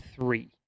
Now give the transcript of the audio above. three